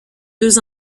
deux